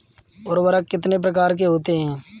उर्वरक कितने प्रकार के होते हैं?